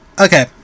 okay